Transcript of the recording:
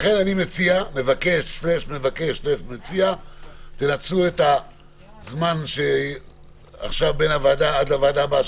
לכן אני מציע/ מבקש נצלו את הזמן בין הוועדה עד הוועדה הבאה,